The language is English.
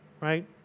right